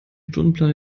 stundenplan